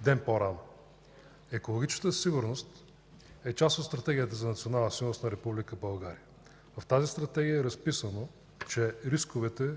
ден по-рано. Екологичната сигурност е част от Стратегията за национална сигурност на Република България. В Стратегията е разписано, че рисковете